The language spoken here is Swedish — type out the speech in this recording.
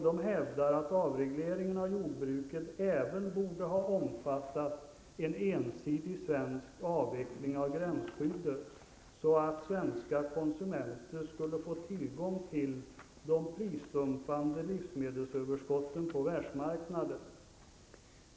De hävdar att avregleringen av jordbruket även borde ha omfattat en ensidig svensk avveckling av gränsskyddet, så att svenska konsumenter hade fått tillgång till de prisdumpande livsmedelsöverskotten på världsmarknaden.